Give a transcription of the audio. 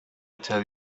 tell